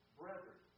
brethren